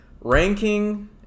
ranking